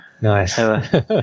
Nice